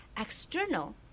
external